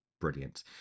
brilliant